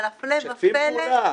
אבל הפלא ופלא --- משתפים פעולה?